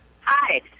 Hi